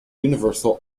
universal